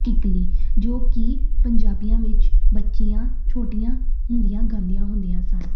ਕਿੱਕਲੀ ਜੋ ਕਿ ਪੰਜਾਬੀਆਂ ਵਿੱਚ ਬੱਚੀਆਂ ਛੋਟੀਆਂ ਹੁੰਦੀਆਂ ਗਾਉਂਦੀਆਂ ਹੁੰਦੀਆਂ ਸਨ